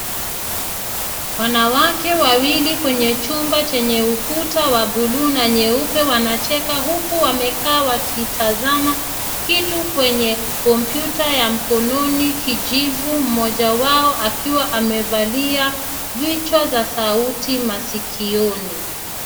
Wanawake wawili kwenye chumba chenye ukuta wa buluu na nyeupe wanacheka, huku wamekaa wakitazama kitu kwenye kompyuta ya mkononi kijivu, mmoja wao akiwa amevalia vichwa za sauti masikioni.